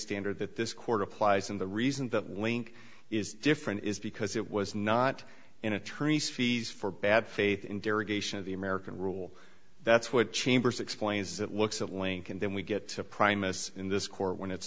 standard that this court applies and the reason that link is different is because it was not in attorneys fees for bad faith in derogation of the american rule that's what chambers explains that looks at link and then we get to primus in this court when it's